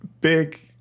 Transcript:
big